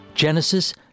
Genesis